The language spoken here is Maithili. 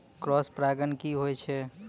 क्रॉस परागण की होय छै?